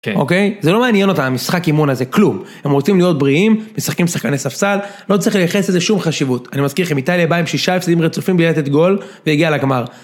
אוקיי זה לא מעניין אותה, המשחק אימון הזה, כלום, הם רוצים להיות בריאים, משחקים עם שחקני ספסל, לא צריך ליחס לזה שום חשיבות, אני מזכיר לכם, איטליה באה עם שישה הפסדים רצופים בלי לתת גול, והגיעה לגמר.